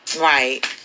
Right